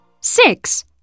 Six